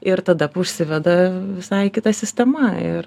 ir tada užsiveda visai kita sistema ir